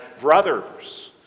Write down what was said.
brothers